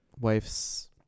wife's